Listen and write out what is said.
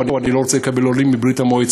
או אני לא רוצה לקבל עולים מברית-המועצות,